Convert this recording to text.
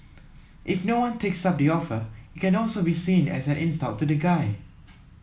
if no one takes up the offer it can also be seen as an insult to the guy